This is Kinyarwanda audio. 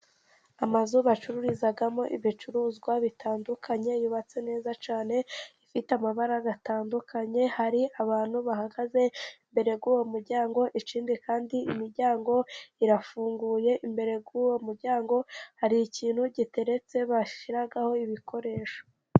Amazu bacururizamo ibicuruzwa bitandukanye. Yubatse neza cyane, ifite amabara atandukanye. Hari abantu bahagaze imbere y'uwo muryango, ikindi kandi imiryango irafunguye. Imbere y'uwo muryango hari ikintu giteretse bashyiraho ibikoresho.